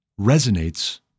resonates